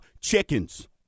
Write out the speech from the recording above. chickens